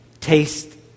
Taste